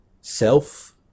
self